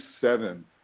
seven